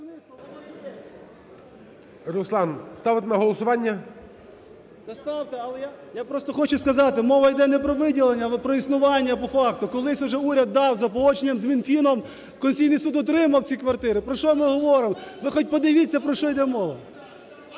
Руслан, ставити на голосування? 13:58:27 КНЯЗЕВИЧ Р.П. Та ставте. Я просто хочу сказати, мова йде не про виділення або про існування, по факту, колись вже уряд дав за погодженням з Мінфіном Конституційний Суд вже отримав ці квартири. Про що ми говоримо? Ви хоч подивіться про що йде мова.